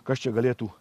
kas čia galėtų